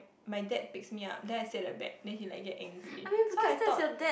my dad picks me up then I said sit at back then he gets very angry so I thought